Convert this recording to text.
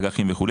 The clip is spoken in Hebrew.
אג"חים וכו',